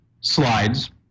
slides